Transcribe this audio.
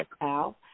Al